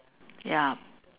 ya